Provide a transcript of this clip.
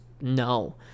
no